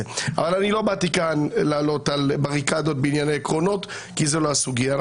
אבל לא באתי כאן לעלות על בריקדות בענייני עקרונות כי זאת לא הסוגיה.